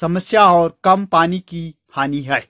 समस्या और कम पानी की हानि है